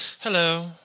hello